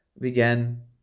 began